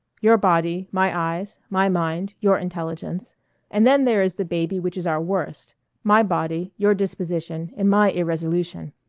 your body, my eyes, my mind, your intelligence and then there is the baby which is our worst my body, your disposition, and my irresolution.